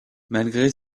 malgré